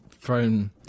thrown